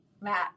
Matt